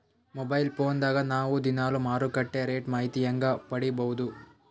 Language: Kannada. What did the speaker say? ಮೊಬೈಲ್ ಫೋನ್ ದಾಗ ನಾವು ದಿನಾಲು ಮಾರುಕಟ್ಟೆ ರೇಟ್ ಮಾಹಿತಿ ಹೆಂಗ ಪಡಿಬಹುದು?